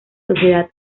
sociedad